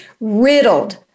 riddled